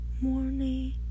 morning